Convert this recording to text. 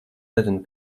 nezinu